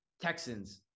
Texans